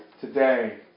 today